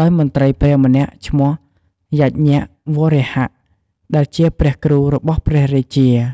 ដោយមន្ត្រីព្រាហ្មណ៍ម្នាក់ឈ្មោះ យជ្ញវរាហៈ ដែលជាព្រះគ្រូរបស់ព្រះរាជា។